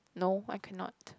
no I cannot